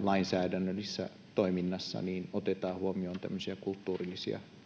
lainsäädännöllisessä toiminnassa otetaan huomioon tämmöisiä kulttuurillisia lainalaisuuksia?